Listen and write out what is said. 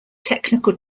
technical